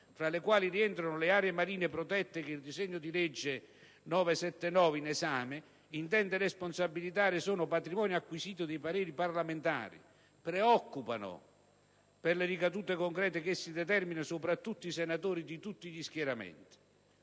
fra le quali rientrano le aree marine protette che il disegno di legge n. 979 in esame intende responsabilizzare, sono patrimonio acquisito dei pareri parlamentari e preoccupano, per le ricadute concrete che essi determinano, i senatori di tutti gli schieramenti.